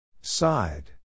Side